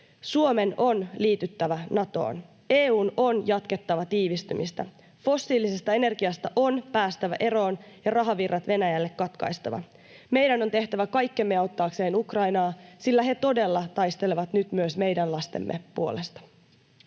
Suomen on liityttävä Natoon. EU:n on jatkettava tiivistymistä. Fossiilisesta energiasta on päästävä eroon ja rahavirrat Venäjälle katkaistava. Meidän on tehtävä kaikkemme auttaaksemme Ukrainaa, sillä he todella taistelevat nyt myös meidän lastemme puolesta.